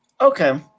Okay